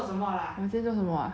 我今天做什么 ah